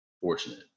fortunate